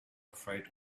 afraid